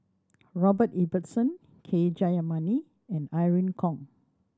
Robert Ibbetson K Jayamani and Irene Khong